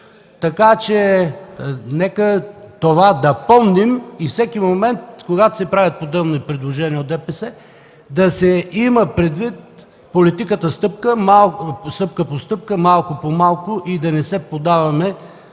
Така че нека да помним това и във всеки момент, когато се правят подобни предложения от ДПС, да се има предвид политиката „стъпка по стъпка, малко по малко” и да не се поддаваме